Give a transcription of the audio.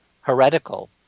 heretical